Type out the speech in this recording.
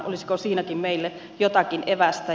olisiko siinäkin meille jotakin evästä